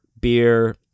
beer